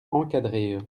encadrées